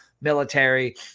military